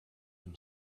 him